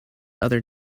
other